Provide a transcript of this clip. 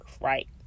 right